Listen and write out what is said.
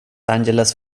angeles